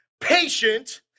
patient